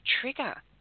trigger